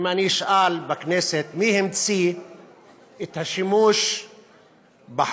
אם אני אשאל בכנסת מי המציא את השימוש בחומץ,